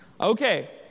Okay